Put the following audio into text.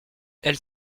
elle